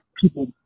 people